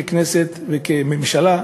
ככנסת וכממשלה,